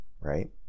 right